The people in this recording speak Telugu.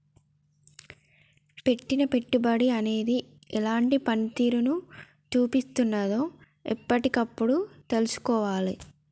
పెట్టిన పెట్టుబడి అనేది ఎలాంటి పనితీరును చూపిస్తున్నదో ఎప్పటికప్పుడు తెల్సుకోవాలే